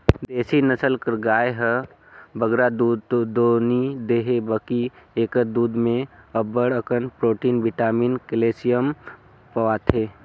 देसी नसल कर गाय हर बगरा दूद दो नी देहे बकि एकर दूद में अब्बड़ अकन प्रोटिन, बिटामिन, केल्सियम पवाथे